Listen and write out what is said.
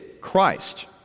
Christ